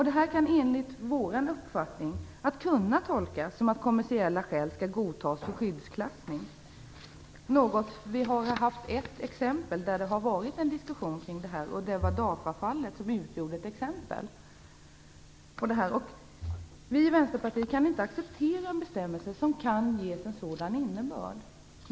Detta kan enligt Vänsterpartiets uppfattning kunna tolkas som att kommersiella skäl skall godtas för skyddsklassning. Vi har haft ett exempel där det skett en diskussion kring detta, nämligen DAFA-fallet. Vi i Vänsterpartiet kan inte acceptera en bestämmelse som kan ges en sådan innebörd.